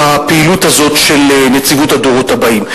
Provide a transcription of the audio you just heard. מהפעילות הזאת של נציבות הדורות הבאים.